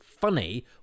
funny